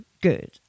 good